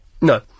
No